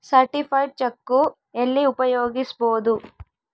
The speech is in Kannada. ಸರ್ಟಿಫೈಡ್ ಚೆಕ್ಕು ಎಲ್ಲಿ ಉಪಯೋಗಿಸ್ಬೋದು?